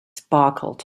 sparkled